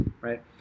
right